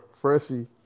Freshie